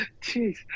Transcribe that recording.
jeez